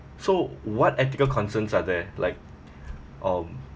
so what ethical concerns are there like um